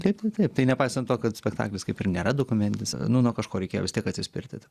taip taip taip tai nepaisant to kad spektaklis kaip ir nėra dokumentinis nu nuo kažko reikėjo vis tiek atsispirti